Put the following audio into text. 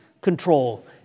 control